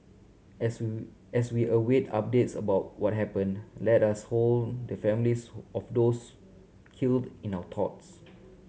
as we as we await updates about what happened let us hold the families who of those killed in our thoughts